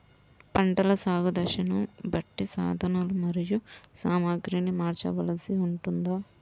పంటల సాగు దశలను బట్టి సాధనలు మరియు సామాగ్రిని మార్చవలసి ఉంటుందా?